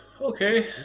Okay